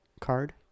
card